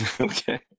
Okay